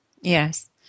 Yes